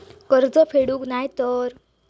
कर्ज फेडूक नाय तर?